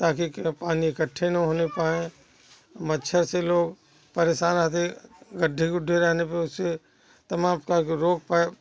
ताकि के पानी इकट्ठे न होने पाएँ मच्छर से लोग परेशान रहते गड्ढे गुड्ढे रहने पर उसे तमाम प्रकार के रोग पै